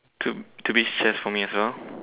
to to be stress for me as well